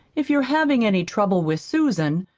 if you're having any trouble with susan,